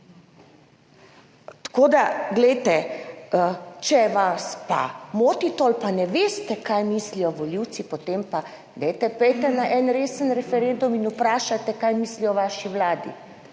Tako, da glejte, če vas pa moti to ali pa ne veste kaj mislijo volivci, potem pa dajte, pojdite na en resen referendum in vprašajte kaj mislijo o vaši vladi.